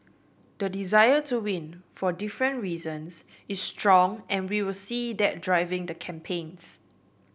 the desire to win for different reasons is strong and we will see that driving the campaigns